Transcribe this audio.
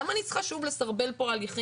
למה אני צריכה שוב לסרבל פה הליכים?